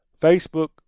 facebook